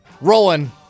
Rolling